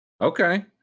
Okay